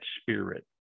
Spirit